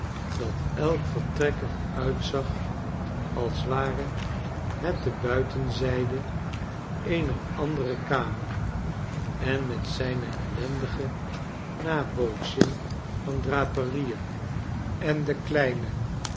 versierd was datelkvertrek er uitzag als ware het de buitenzijde eener andere kamer en met zijne ellendige nabootsing van draperieen en de kleine